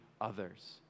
others